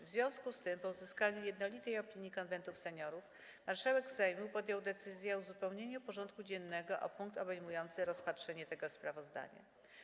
W związku z tym, po uzyskaniu jednolitej opinii Konwentu Seniorów, marszałek Sejmu podjął decyzję o uzupełnieniu porządku dziennego o punkt obejmujący rozpatrzenie tego sprawozdania.